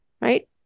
right